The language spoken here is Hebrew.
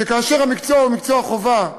שכאשר המקצוע הוא מקצוע חובה,